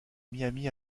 miami